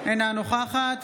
אינה נוכחת